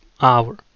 hour